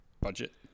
budget